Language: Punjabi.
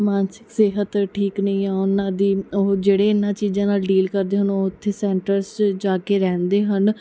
ਮਾਨਸਿਕ ਸਿਹਤ ਠੀਕ ਨਹੀਂ ਆ ਉਹਨਾਂ ਦੀ ਉਹ ਜਿਹੜੇ ਇਹਨਾਂ ਚੀਜ਼ਾਂ ਨਾਲ ਡੀਲ ਕਰਦੇ ਹਨ ਉਹ ਉੱਥੇ ਸੈਂਟਰਸ 'ਚ ਜਾ ਕੇ ਰਹਿੰਦੇ ਹਨ